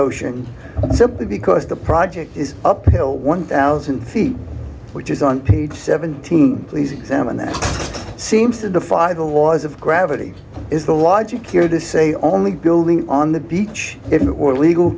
ocean simply because the project is up until one thousand feet which is on page seventeen please examine that seems to defy the laws of gravity is the logic here to say only building on the beach in or legal